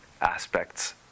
aspects